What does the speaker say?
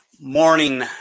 morning